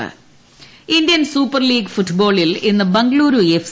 ട് football Indian super league ഫുട്ബോളിൽ ഇന്ന് Bengaluru F